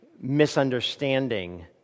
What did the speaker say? misunderstanding